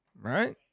right